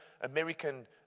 American